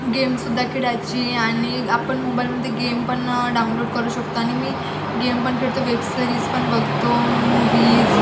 game सुद्धा खेळायची आणि आपण मोबाईलमध्ये गेम पण डाउनलोड करू शकतो आणि मी गेम पण खेळतो वेबसिरीज पण बघतो मुव्हीज